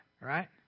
right